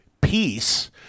peace